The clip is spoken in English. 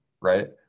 Right